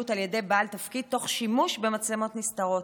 על ידי בעל תפקיד תוך שימוש במצלמות נסתרות.